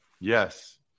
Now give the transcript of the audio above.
yes